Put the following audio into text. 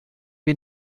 wir